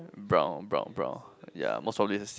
brown brown brown ya most probably is the same